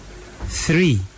Three